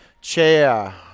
chair